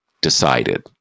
decided